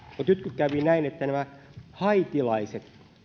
kun kävi näin että nämä haitilaiset